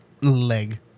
leg